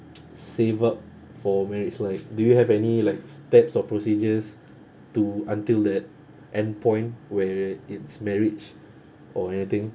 save up for marriage like do you have any like steps or procedures to until that end point where it's marriage or anything